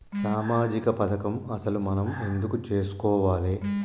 సామాజిక పథకం అసలు మనం ఎందుకు చేస్కోవాలే?